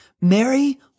Mary